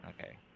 Okay